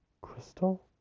crystal